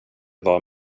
var